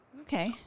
Okay